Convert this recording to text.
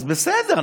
אז בסדר,